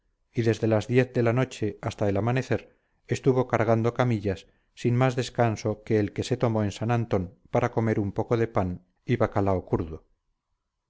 y desde las diez de la noche hasta el amanecer estuvo cargando camillas sin más descanso que el que se tomó en san antón para comer un poco de pan y bacalao